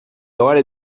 hora